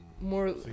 more